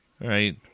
right